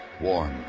warm